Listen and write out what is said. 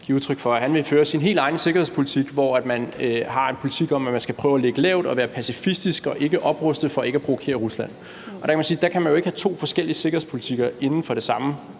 at han vil føre sin helt egen sikkerhedspolitik, hvor man har en politik om, at man skal prøve at ligge lavt og være pacifistisk og ikke opruste for ikke at provokere Rusland. Der kan man sige, at der kan man jo ikke have to forskellige sikkerhedspolitikker inden for det samme